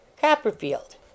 Copperfield